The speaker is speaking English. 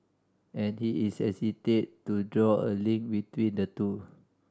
and he is hesitant to draw a link between the two